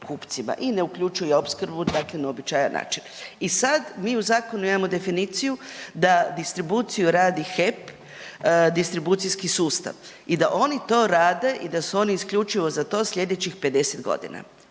kupcima i ne uključuje opskrbu na uobičajen način. I sad mi u zakonu imamo definiciju da distribuciju radi HEP distribucijski sustav i da oni to rade i da su oni isključivo za to sljedećih 50 godina.